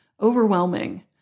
overwhelming